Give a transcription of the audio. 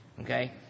Okay